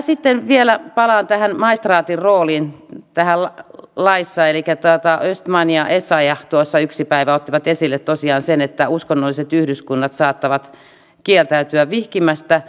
täällä vielä palaan tähän maistraatin roolin tässä laissa östman ja essayah tuossa yksi päivä ottivat esille tosiaan sen että uskonnolliset yhdyskunnat saattavat kieltäytyä vihkimästä